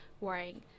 worrying